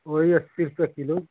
वही अस्सी रुपये किलो